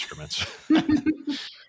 instruments